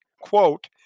quote